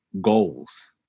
goals